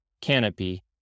canopy